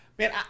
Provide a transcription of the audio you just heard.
Man